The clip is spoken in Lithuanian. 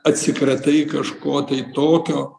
atsikratai kažko tai tokio